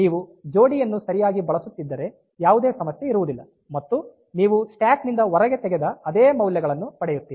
ನೀವು ಜೋಡಿಯನ್ನು ಸರಿಯಾಗಿ ಬಳಸುತ್ತಿದ್ದರೆ ಯಾವುದೇ ಸಮಸ್ಯೆ ಇರುವುದಿಲ್ಲ ಮತ್ತು ನೀವು ಸ್ಟ್ಯಾಕ್ ನಿಂದ ಹೊರಗೆ ತೆಗೆದ ಅದೇ ಮೌಲ್ಯಗಳನ್ನು ಪಡೆಯುತ್ತೀರಿ